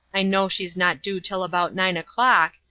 i know she's not due till about nine o'clock,